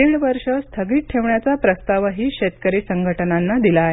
दीड वर्ष स्थगित ठेवण्याचा प्रस्ताव ही शेतकरी संघटनांना दिला आहे